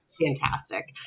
fantastic